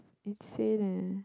insane eh